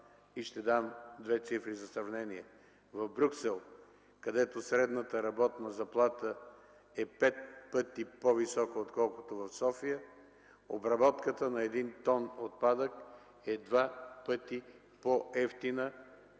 Ще дам две цифри за сравнение: в Брюксел, където средната работна заплата е път пъти по-висока отколкото в София, обработката на един тон отпадък е два пъти по-евтина